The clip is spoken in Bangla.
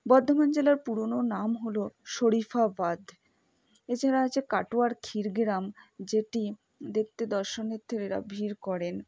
বর্ধমান জেলার পুরোনো নাম হল শরিফাবাদ এছাড়া আছে কাটোয়ার ক্ষীরগ্রাম যেটি দেখতে দর্শনার্থীরা ভিড় করেন